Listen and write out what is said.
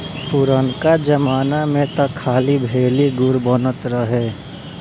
पुरनका जमाना में तअ खाली भेली, गुड़ बनत रहे